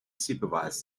supervise